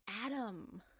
Adam